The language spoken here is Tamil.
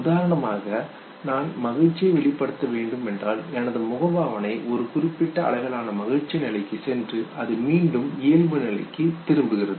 உதாரணமாக நான் மகிழ்ச்சியை வெளிப்படுத்த வேண்டும் என்றால் எனது முக பாவனை ஒரு குறிப்பிட்ட அளவிலான மகிழ்ச்சி நிலைக்கு சென்று அது மீண்டும் இயல்பு நிலைக்கு வருகிறது